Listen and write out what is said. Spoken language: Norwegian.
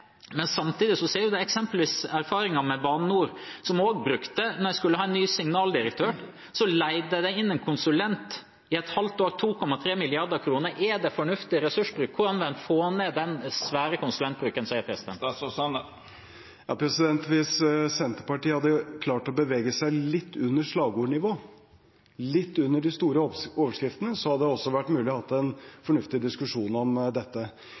men samtidig ser vi erfaringer med eksempelvis Bane NOR, som da de skulle ha en ny signaldirektør, leide inn en konsulent i et halvt år for 2,3 mrd. kr. Er det fornuftig ressursbruk? Hvordan vil en få ned denne svære konsulentbruken? Hvis Senterpartiet hadde klart å bevege seg litt under slagordnivå, litt under de store overskriftene, hadde det også vært mulig å ha en fornuftig diskusjon om dette.